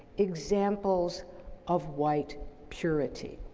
examples of white purity.